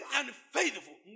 unfaithful